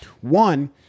one